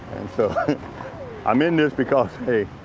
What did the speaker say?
so i'm in this because, hey,